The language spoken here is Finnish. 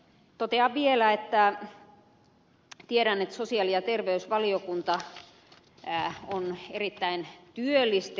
totean vielä että tiedän että sosiaali ja terveysvaliokunta on erittäin työllistetty